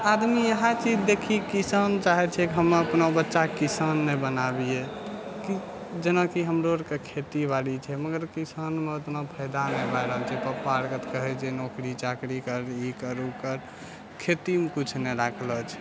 तऽ आदमी इएह चीज देखि किसान चाहैत छै कि हमे अपना बच्चाके किसान नहि बनाबियै जेनाकि हमरो आरके खेती बारी छै मगर किसानीमे ओतना फायदा नहि भए रहल छै तऽ पापा आर कहैत छै नौकरी चाकरी कर ई कर ओ कर खेतीमे किछु नहि राखलो छै